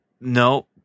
No